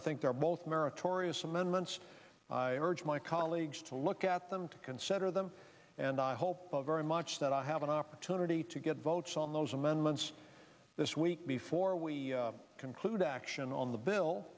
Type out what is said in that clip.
i think they're both meritorious amendments urge my colleagues to look at them to consider them and i hope of very much that i have an opportunity to get votes on those amendments this week before we conclude action on the bill